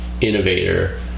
innovator